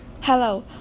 Hello